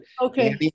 okay